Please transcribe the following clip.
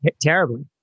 Terribly